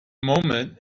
moment